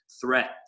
threat